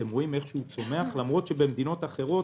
אתם רואים איך הוא צומח למרות שבמדינות אחרות